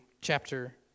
chapter